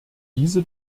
diese